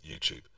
YouTube